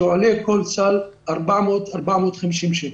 כאשר כל סל עולה 400 450 שקל.